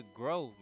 grow